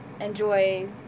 enjoy